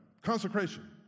Consecration